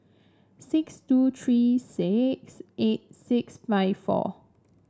six two three six eight six five four